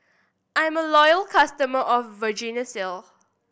I'm a loyal customer of Vagisil